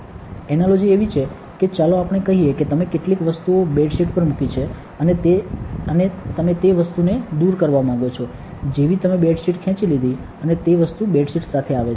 analogy એવી છે કે ચાલો આપણે કહીએ કે તમે કેટલીક વસ્તુઓ બેડશીટ પર મૂકી છે અને તમે તે વસ્તુને દૂર કરવા માંગો છો જેવી તમે બેડશીટ ખેંચી લીધી અને તે વસ્તુ બેડશીટ સાથે આવે છે